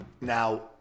now